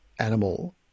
animal